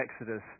Exodus